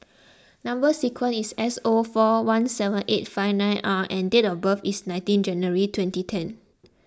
Number Sequence is S O four one seven eight five nine R and date of birth is nineteen January twenty ten